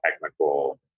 technical